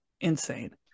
insane